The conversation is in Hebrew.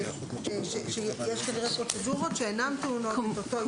יש פרוצדורות שאינן טעונות את אותו אישור.